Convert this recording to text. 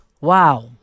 wow